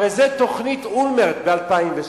הרי זו תוכנית אולמרט ב-2007,